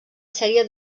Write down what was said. sèrie